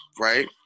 Right